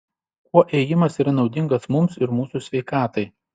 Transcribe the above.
kuo ėjimas yra naudingas mums ir mūsų sveikatai